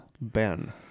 ben